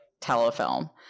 telefilm